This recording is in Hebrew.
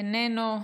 איננו,